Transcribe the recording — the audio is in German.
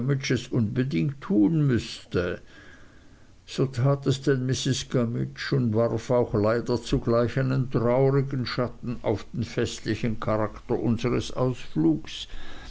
unbedingt tun müßte so tat es denn mrs gummidge und warf auch leider zugleich einen traurigen schatten auf den festlichen charakter unseres ausflugs